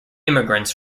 immigrants